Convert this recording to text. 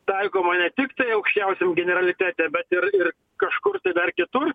taikoma ne tiktai aukščiausiam generalitete bet ir ir kažkur tai dar kitur